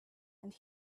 and